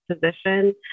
position